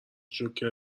جوکر